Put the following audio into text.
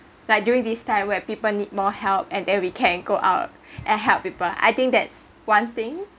like during these time where people need more help and then we can go out and help people I think that's one thing